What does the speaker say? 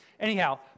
Anyhow